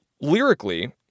Lyrically